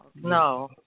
No